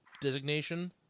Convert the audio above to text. designation